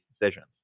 decisions